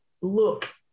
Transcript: look